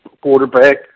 quarterback